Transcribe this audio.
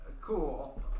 Cool